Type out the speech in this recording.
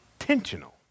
intentional